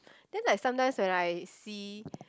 then like sometimes when I see